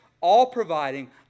all-providing